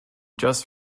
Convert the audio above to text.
just